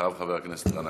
אחריו, חבר הכנסת גנאים.